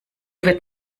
wird